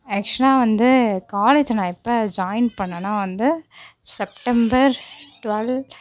ஆக்சுவலாக வந்து காலேஜ் நான் எப்போ ஜாயின் பண்ணேன்னால் வந்து செப்டம்பர் டுவெல்